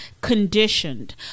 conditioned